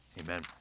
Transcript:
Amen